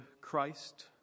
Christ